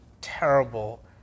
terrible